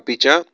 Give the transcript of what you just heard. अपि च